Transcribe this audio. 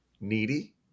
needy